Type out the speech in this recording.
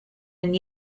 and